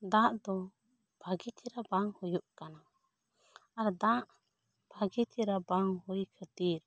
ᱫᱟᱜ ᱫᱚ ᱵᱷᱟᱜᱮ ᱪᱮᱦᱨᱟ ᱵᱟᱝ ᱦᱩᱭᱩᱜ ᱠᱟᱱᱟ ᱟᱨ ᱫᱟᱜ ᱵᱷᱟᱜᱮ ᱪᱮᱦᱨᱟ ᱵᱟᱝ ᱦᱩᱭ ᱠᱷᱟᱹᱛᱤᱨ